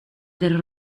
del